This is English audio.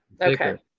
okay